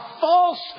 false